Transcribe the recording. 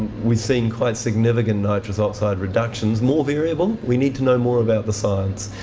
we've seen quite significant nitrous oxide reductions. more variable we need to know more about the science.